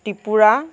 Tripura